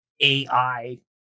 AI